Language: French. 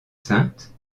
sainte